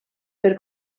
per